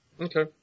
Okay